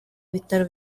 bitaro